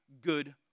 good